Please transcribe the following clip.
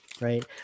right